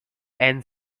and